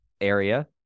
area